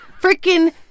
Freaking